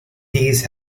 these